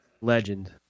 Legend